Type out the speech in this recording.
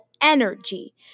energy